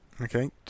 Okay